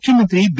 ಮುಖ್ಯಮಂತ್ರಿ ಬಿ